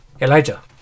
Elijah